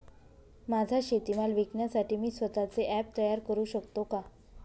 माझा शेतीमाल विकण्यासाठी मी स्वत:चे ॲप तयार करु शकतो का?